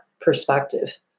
perspective